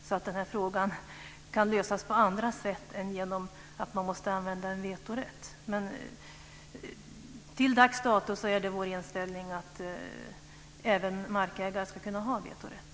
Då kan frågan lösas på andra sätt än genom att man måste använda vetorätt. Men till dags dato är det vår uppfattning att även markägare ska kunna ha vetorätt.